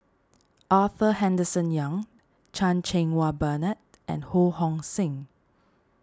Arthur Henderson Young Chan Cheng Wah Bernard and Ho Hong Sing